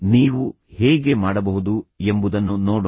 ನೀವು ಹೇಗೆ ಮಾಡಬಹುದು ಎಂಬುದನ್ನು ನೋಡೋಣ